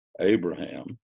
abraham